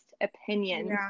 opinions